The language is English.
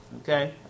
Okay